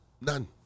None